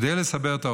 כדי לסבר את האוזן,